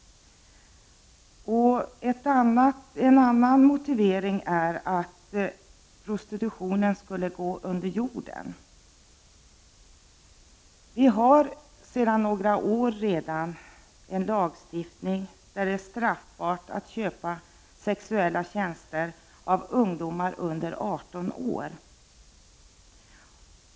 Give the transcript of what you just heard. Ett annat skäl mot kriminalisering är att prostitutionen skulle gå under jorden. Sedan några år har vi en lagstiftning där det är straffbart att köpa sexuella tjänster av ungdomar under 18 år.